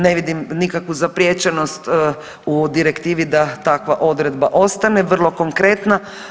Ne vidim nikakvu zapriječenost u direktivi da takva odredba ostane vrlo konkretna.